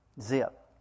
Zip